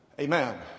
amen